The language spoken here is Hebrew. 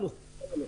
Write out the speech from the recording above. תודה.